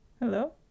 Hello